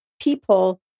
people